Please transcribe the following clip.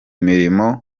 mirimo